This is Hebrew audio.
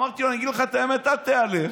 אמרתי לו: אגיד לך את האמת, אל תיעלב,